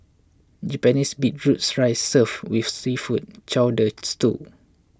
Japanese beetroots rice served with seafood chowder stew